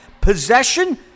Possession